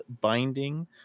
binding